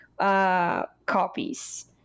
copies